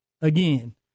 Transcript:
Again